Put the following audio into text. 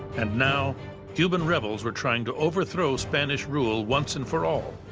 and now cuban rebels were trying to overthrow spanish rule once and for all.